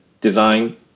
design